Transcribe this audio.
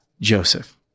Joseph